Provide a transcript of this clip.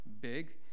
big